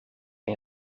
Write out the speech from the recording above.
een